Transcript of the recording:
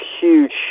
huge